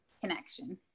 connection